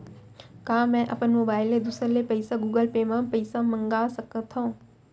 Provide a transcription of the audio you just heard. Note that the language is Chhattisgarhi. का मैं अपन मोबाइल ले दूसर ले पइसा गूगल पे म पइसा मंगा सकथव?